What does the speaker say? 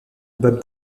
bob